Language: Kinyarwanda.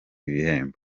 bihembo